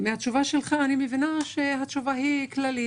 מן התשובה שלך אני מבינה שהתשובה היא כללית